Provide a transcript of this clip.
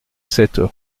sept